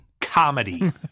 Comedy